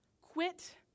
Quit